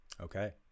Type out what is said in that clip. Okay